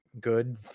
good